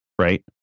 right